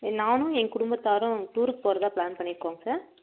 நானும் என் குடும்பத்தாரும் டூருக்கு போகிறதா ப்ளான் பண்ணிருக்கோங்க சார்